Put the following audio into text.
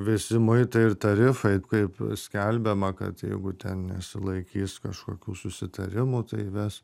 visi muitai ir tarifai kaip skelbiama kad jeigu ten nesilaikys kažkokių susitarimų tai įves